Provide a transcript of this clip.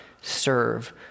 serve